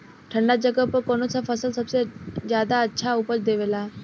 ठंढा जगह पर कौन सा फसल सबसे ज्यादा अच्छा उपज देवेला?